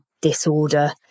disorder